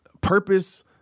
Purpose